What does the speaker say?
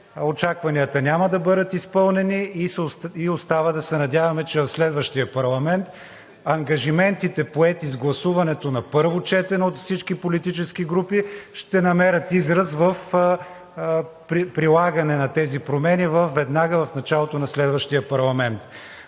Очакванията няма да бъдат изпълнени и остава да се надяваме, че в следващия парламент ангажиментите, поети с гласуването на първо четене от всички политически групи, ще намерят израз при прилагане на тези промени веднага в началото на следващия парламент.